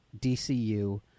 DCU